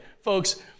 folks